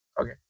Okay